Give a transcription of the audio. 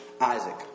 Isaac